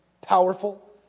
powerful